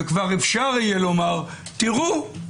וכבר אפשר יהיה לומר, תראו,